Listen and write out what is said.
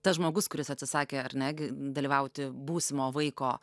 tas žmogus kuris atsisakė ar ne gi dalyvauti būsimo vaiko